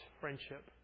friendship